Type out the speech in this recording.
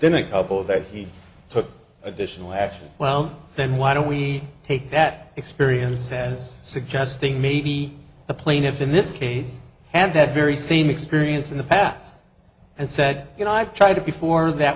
then a couple that he took additional action well then why don't we take that experience as suggesting maybe the plaintiffs in this case and that very same experience in the past and said you know i've tried to before that